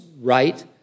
right